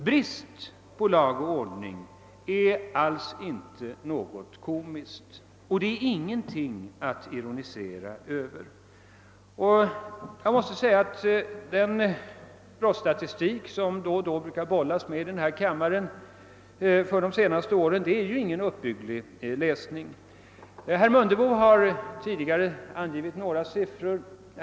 Brist på lag och ordning är inte alls något komiskt eller något att ironisera över. Den brottsstatistik för de senaste åren som det då och då har bollats med i denna kammare är ingen uppbygglig läsning. Herr Mundebo har tidigare angivit några siffror från brottsstatistiken.